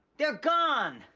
they're gone.